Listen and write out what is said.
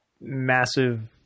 massive